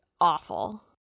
awful